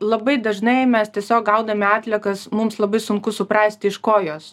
labai dažnai mes tiesiog gaudami atliekas mums labai sunku suprasti iš ko jos